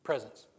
Presence